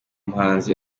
muhanzi